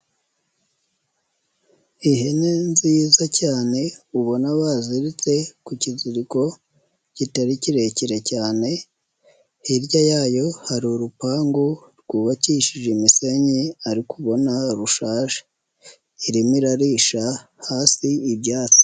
Ihene nziza cyane ubona baziritse ku kiziriko kitari kirekire cyane, hirya yayo hari urupangu rwubakishije imisenyi ariko ubona rushaje, irimo irarisha hasi ibyatsi.